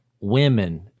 women